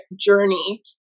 journey